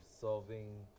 solving